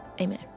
Amen